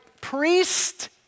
priest